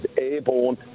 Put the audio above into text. airborne